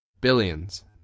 Billions